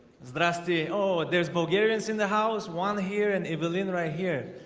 rusty oh there's bulgarians in the house one here and evillene right here.